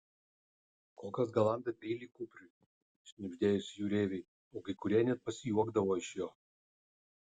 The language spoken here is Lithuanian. kokas galanda peilį kupriui šnibždėjosi jūreiviai o kai kurie net pasijuokdavo iš jo